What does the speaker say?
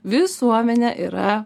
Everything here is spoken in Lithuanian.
visuomenė yra